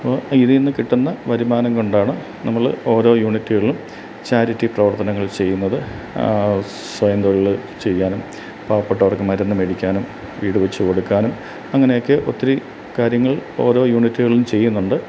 ഇതിൽ നിന്നു കിട്ടുന്ന വരുമാനം കൊണ്ടാണ് നമ്മൾ ഓരോ യൂണിറ്റുകളിലും ചാരിറ്റി പ്രവര്ത്തനങ്ങൾ ചെയ്യുന്നത് സ്വയം തൊഴിൽ ചെയ്യാനും പാവപ്പെട്ടവര്ക്ക് മരുന്ന് മേടിക്കാനും വീടു വെച്ചു കൊടുക്കാനും അങ്ങനെയൊക്കെ ഒത്തിരി കാര്യങ്ങള് ഓരോ യൂണിറ്റുകളിലും ചെയ്യുന്നുണ്ട്